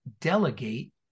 delegate